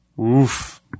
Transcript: Oof